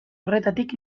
horretatik